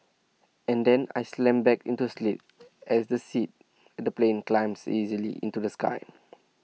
and then I slammed back into sleep as the seat in the plane climbs easily into the sky